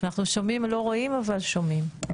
אנחנו שומעים, לא רואים אבל שומעים.